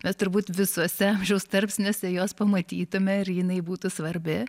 mes turbūt visose amžiaus tarpsniuose jos pamatytume ir jinai būtų svarbi